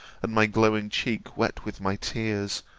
and my glowing cheek wet with my tears,